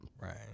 Right